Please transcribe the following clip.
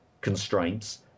constraints